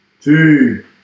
Two